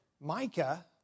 Micah